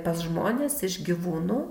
pas žmones iš gyvūnų